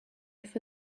for